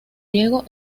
diego